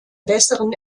besseren